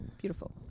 Beautiful